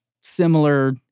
similar